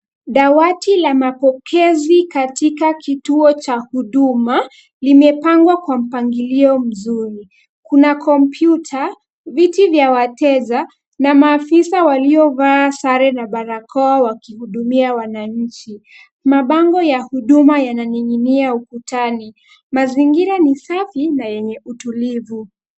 Dawati la mapokezi katika kituo cha huduma, limepangwa kwa mpangilio mzuri. Kuna kompyuta, viti vya wateja na maafisa waliovaa sare na barakoa wakihudumia wananchi. Mabango ya huduma yananing'inia ukutani. Mazingira ni safi na yenye utulivu.